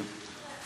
כן,